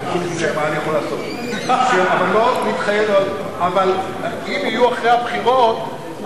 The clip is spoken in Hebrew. אבל אם יהיו אחרי הבחירות,